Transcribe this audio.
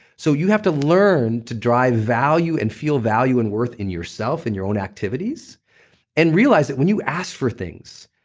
so you have to learn to drive value and feel value and worth in yourself in your own activities and realize that when you ask for things,